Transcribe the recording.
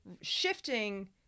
shifting